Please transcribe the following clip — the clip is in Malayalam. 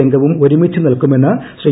രംഗവും ഒരുമിച്ച് നിൽക്കുമെന്ന് ശ്രീ